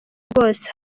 rwose